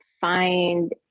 find